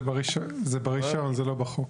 זה ברישיון, זה לא בחוק.